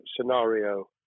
scenario